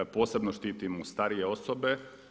Posebno štitimo starije osobe.